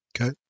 Okay